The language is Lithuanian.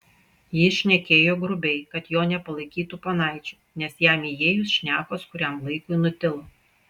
jis šnekėjo grubiai kad jo nepalaikytų ponaičiu nes jam įėjus šnekos kuriam laikui nutilo